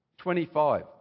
25